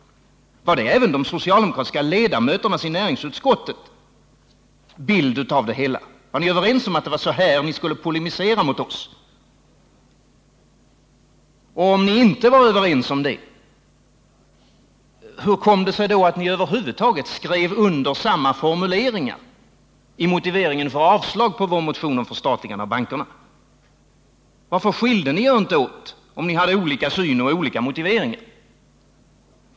Var det även de socialdemokratiska ledamöternas i näringsutskottet bild av det hela? Var ni överens om att det var så här ni skulle polemisera emot oss? Om ni inte var överens om detta, hur kom det sig då att ni över huvud taget skrev under samma formuleringar i motiveringen för avslag på vår motion om förstatligande av bankerna? Varför skilde ni er inte åt, om ni hade olika syn och olika motiveringar?